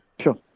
Sure